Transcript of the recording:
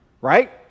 right